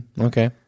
Okay